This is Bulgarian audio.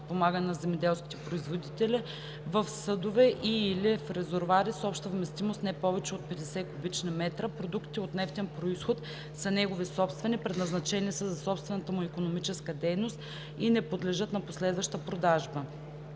подпомагане на земеделските производители, в съдове и/или в резервоари с обща вместимост не повече от 50 куб. м, продуктите от нефтен произход са негови собствени, предназначени са за собствената му икономическа дейност и не подлежат на последваща продажба.